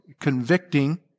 convicting